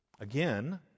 Again